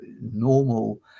normal